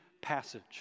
passage